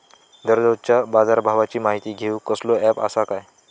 दररोजच्या बाजारभावाची माहिती घेऊक कसलो अँप आसा काय?